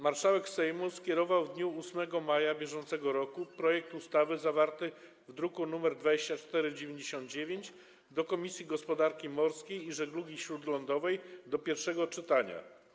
Marszałek Sejmu skierował w dniu 8 maja br. projekt ustawy zawarty w druku nr 2499 do Komisji Gospodarki Morskiej i Żeglugi Śródlądowej do pierwszego czytania.